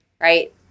right